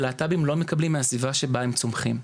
שהלהט"בים לא מקבלים מהסביבה שבה הם צומחים.